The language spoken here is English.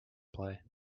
play